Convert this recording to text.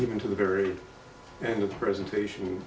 even to the very end of the presentation